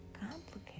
complicated